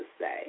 say